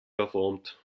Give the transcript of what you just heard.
verformt